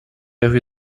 rue